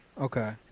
Okay